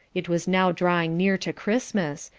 it was now drawing near to christmas,